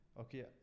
okay